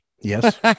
yes